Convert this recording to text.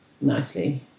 nicely